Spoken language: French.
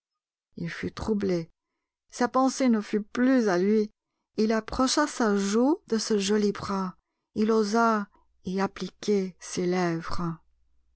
il fut troublé sa pensée ne fut plus à lui il approcha sa joue de ce joli bras il osa y appliquer ses lèvres